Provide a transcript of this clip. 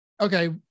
Okay